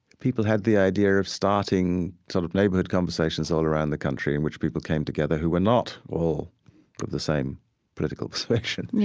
people had the idea of starting sort of neighborhood conversations all around the country in which people came together who were not all of the same political persuasion,